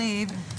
ההחלטות.